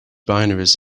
binaries